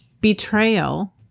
betrayal